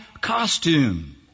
costume